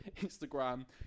Instagram